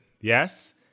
Yes